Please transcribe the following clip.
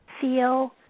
feel